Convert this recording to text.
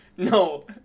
No